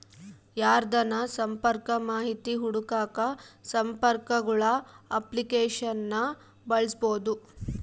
ಯಾರ್ದನ ಸಂಪರ್ಕ ಮಾಹಿತಿ ಹುಡುಕಾಕ ಸಂಪರ್ಕಗುಳ ಅಪ್ಲಿಕೇಶನ್ನ ಬಳಸ್ಬೋದು